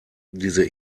diese